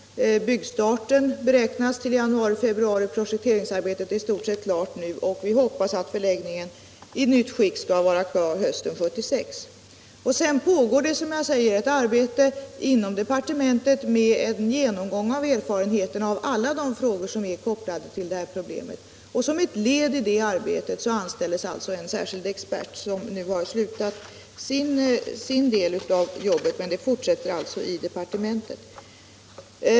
Byggstarten beräknas till januari-februari, och projekteringsarbetet är nu i stort sett klart. Vi hoppas att förläggningen i nytt skick skall vara färdig hösten 1976. Som jag sade pågår det också ett arbete inom departementet med en genomgång av erfarenheterna av alla de frågor som är kopplade till det här problemet. Som ett led i det arbetet har det anställts en särskild expert, som nu har slutat sin del av jobbet. Men det fortsätter alltså i departementet.